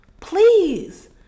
Please